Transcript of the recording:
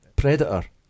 Predator